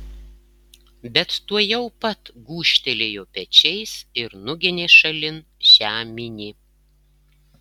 bet tuojau pat gūžtelėjo pečiais ir nuginė šalin šią minį